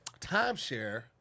timeshare